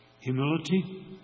Humility